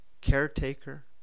caretaker